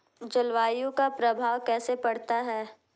जलवायु का प्रभाव कैसे पड़ता है?